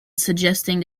suggesting